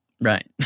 Right